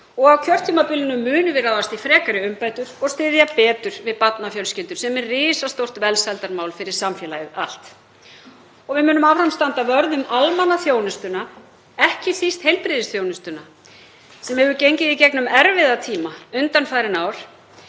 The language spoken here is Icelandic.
Á kjörtímabilinu munum við ráðast í frekari umbætur og styðja betur við barnafjölskyldur, sem er risastórt velsældarmál fyrir samfélagið allt. Við munum áfram standa vörð um almannaþjónustuna, ekki síst heilbrigðisþjónustuna, sem hefur gengið í gegnum erfiða tíma undanfarin ár